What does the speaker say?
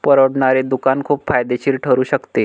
परवडणारे दुकान खूप फायदेशीर ठरू शकते